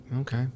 okay